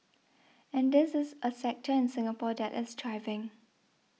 and this is a sector in Singapore that is thriving